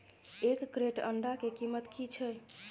एक क्रेट अंडा के कीमत की छै?